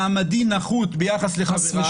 מעמדי נחות ביחס לחבריי.